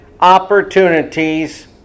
opportunities